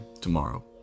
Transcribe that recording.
tomorrow